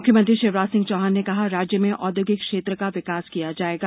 मुख्यमंत्री शिवराज सिंह चौहान ने कहा राज्य में औद्योगिक क्षेत्र का विकास किया जायेगा